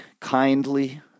kindly